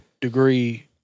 degree